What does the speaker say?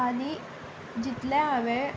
आनी जितलें हांवें